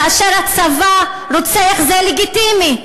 כאשר הצבא רוצח זה לגיטימי,